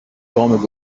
گام